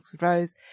Rose